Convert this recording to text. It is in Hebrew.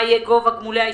מה יהיה גובה גמולי ההשתלמות?